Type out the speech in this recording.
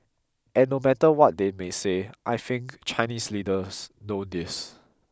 and no matter what they may say I think Chinese leaders know this